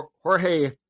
Jorge